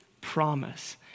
promise